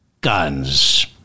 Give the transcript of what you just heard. guns